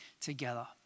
together